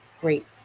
great